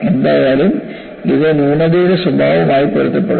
എന്തായാലും ഇത് ന്യൂനതയുടെ സ്വഭാവവുമായി പൊരുത്തപ്പെടും